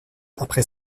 après